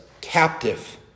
captive